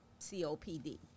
COPD